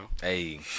Hey